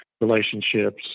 relationships